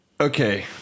Okay